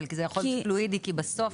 זה יכול להיות פלואידי, כי זה בסוף